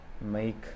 make